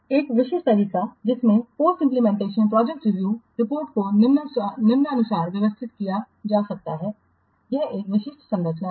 एक विशिष्ट तरीका जिसमें post implementation project review report को निम्नानुसार व्यवस्थित किया जा सकता है यह एक विशिष्ट संरचना है